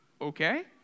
Okay